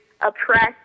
oppressed